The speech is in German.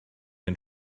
den